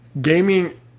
Gaming